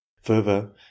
Further